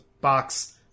box